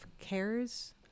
cares